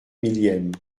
millième